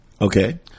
okay